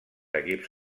equips